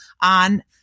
on